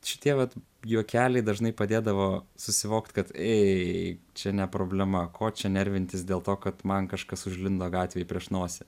šitie vat juokeliai dažnai padėdavo susivokti kad ei čia ne problema ko čia nervintis dėl to kad man kažkas užlindo gatvėj prieš nosį